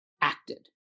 acted